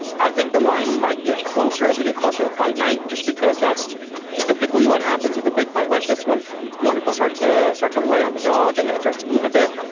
i think the line might get closer as we get closer to fight night just because that's typically what happens with a big fight like this one more people start to start to lay on the dog and then it starts to move a bit.